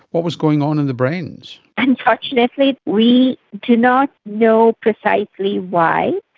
what was going on in the brains? unfortunately we do not know precisely why.